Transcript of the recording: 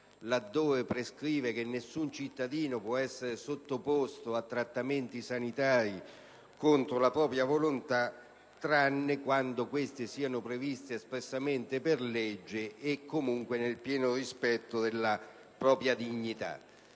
cui si prescrive che nessun cittadino può essere sottoposto a trattamenti sanitari contro la propria volontà se non per espressa previsione di legge e comunque nel pieno rispetto della propria dignità.